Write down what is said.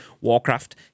Warcraft